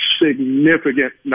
significant